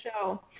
show